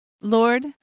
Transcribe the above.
Lord